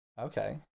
Okay